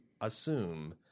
assume